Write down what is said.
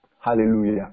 Hallelujah